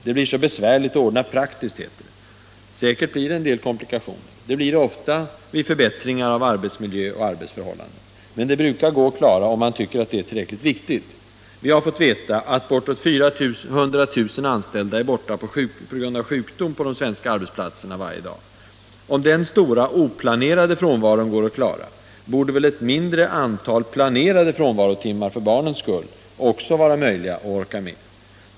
Det blir så besvärligt att ordna praktiskt, heter det. Säkert blir det en del komplikationer. Det blir det ofta vid förbättringar av arbetsmiljö och arbetsförhållanden. Men det brukar gå att klara, om man tycker att det är tillräckligt viktigt. Vi har fått veta att omkring 400 000 anställda är borta från de svenska arbetsplatserna varje dag på grund av sjukdom. Om den stora oplanerade frånvaron går att klara, borde väl ett mindre antal planerade frånvarotimmar för barnens skull också vara möjliga att orka med.